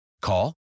Call